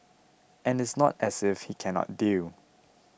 and it's not as if he cannot deal